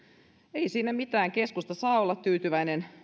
ei siinä mitään keskusta saa olla tyytyväinen